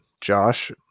Josh